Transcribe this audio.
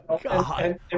God